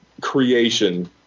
creation